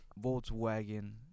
Volkswagen